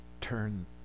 turn